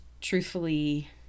truthfully